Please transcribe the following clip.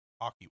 hockey